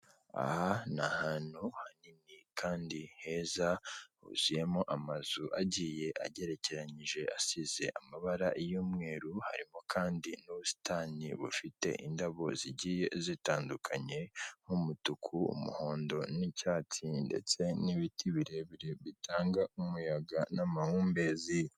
Aha ni ahantu hanini kandi heza huzuyemo amazu agiye agerekeranyije asize amabara y'umweru harimo kandi n'ubusitani bufite indabo zigiye zitandukanye, nk'umutuku umuhondo n'icyatsi, ndetse n'ibiti birebire bitanga umuyaga n'amahumbezi.